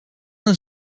een